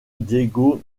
diego